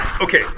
Okay